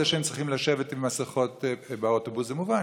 זה שהם צריכים לשבת עם מסכות באוטובוס זה מובן,